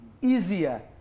easier